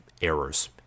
errors